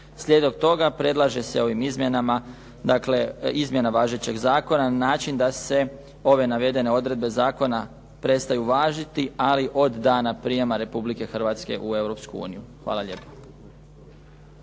Slijedom toga, predlaže se ovim izmjenama dakle izmjena važećeg zakona na način da se ove navedene odredbe zakona prestaju važiti, ali od dana prijema Republike Hrvatske u Europsku uniju.